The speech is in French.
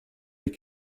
des